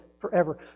forever